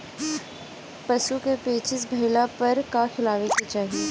पशु क पेचिश भईला पर का खियावे के चाहीं?